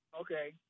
Okay